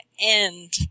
end